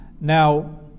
Now